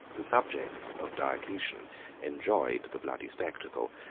the subjects of diocletian enjoyed the bloody spectacle,